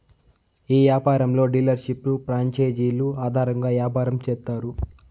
ఈ యాపారంలో డీలర్షిప్లు ప్రాంచేజీలు ఆధారంగా యాపారం చేత్తారు